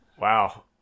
Wow